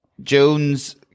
Jones